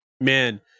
man